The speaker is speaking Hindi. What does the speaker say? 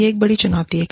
यह एक बड़ी चुनौती है